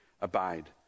Abide